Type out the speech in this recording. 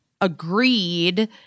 agreed